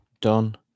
done